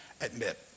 admit